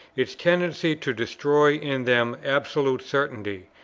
its tendency to destroy in them absolute certainty,